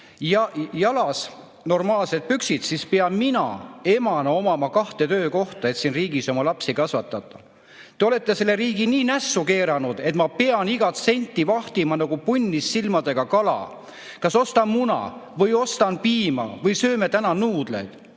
ja jalas normaalsed püksid, siis pean mina emana omama kahte töökohta, et siin riigis oma lapsi kasvatada. Te olete selle riigi nii nässu keeranud, et ma pean igat senti vahtima nagu punnis silmadega kala. Kas ostan muna või ostan piima või sööme täna nuudleid?